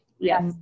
Yes